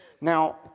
Now